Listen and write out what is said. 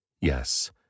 Yes